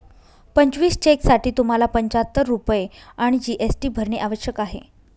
पंचवीस चेकसाठी तुम्हाला पंचाहत्तर रुपये आणि जी.एस.टी भरणे आवश्यक आहे